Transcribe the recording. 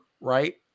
right